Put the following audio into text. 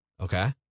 Okay